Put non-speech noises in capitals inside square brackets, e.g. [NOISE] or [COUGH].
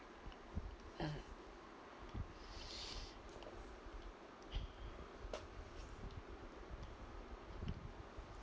mm [BREATH]